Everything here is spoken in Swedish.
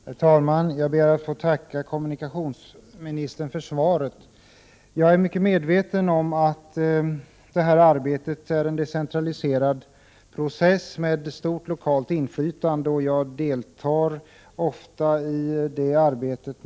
Herr talman! Jag ber att få tacka kommunikationsministern för svaret. Jag är mycket medveten om att arbetet med fastställelserna är en decentraliserad process med stort lokalt inflytande, och jag deltar ofta i det arbetet.